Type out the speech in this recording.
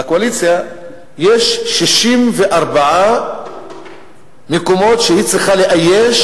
לקואליציה יש 64 מקומות שהיא צריכה לאייש